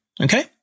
Okay